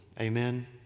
Amen